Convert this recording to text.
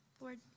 Lord